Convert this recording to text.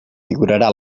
figurarà